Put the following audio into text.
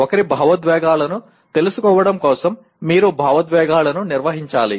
ఒకరి భావోద్వేగాలను తెలుసుకోవడం కోసం మీరు భావోద్వేగాలను నిర్వహించాలి